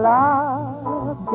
love